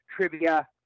trivia